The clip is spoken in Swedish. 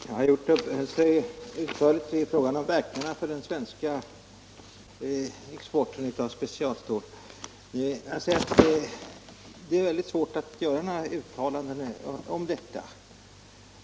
Herr talman! Herr Hjorth uppehöll sig utförligt vid frågan om verkningarna av importrestriktioner för den svenska exporten av specialstål. Det är väldigt svårt att göra några uttalanden om dessa verkningar.